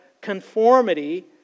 conformity